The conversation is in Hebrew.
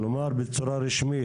כלומר בצורה רשמית.